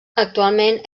actualment